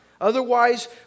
Otherwise